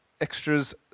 extras